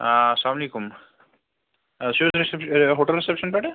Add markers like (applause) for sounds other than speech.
آ اَلسَلامُ علیکُم (unintelligible) حظ ہوٹل رسیٚپشَن پٮ۪ٹھ